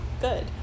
Good